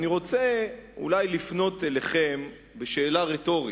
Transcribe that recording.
אני רוצה אולי לפנות אליכם בשאלה רטורית,